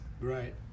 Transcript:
right